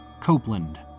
Copeland